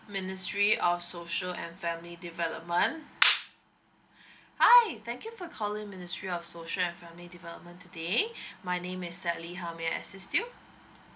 ministry of social and family development hi thank you for calling ministry of social and family development today my name is sally how may I assist you